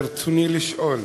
ברצוני לשאול: